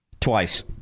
Twice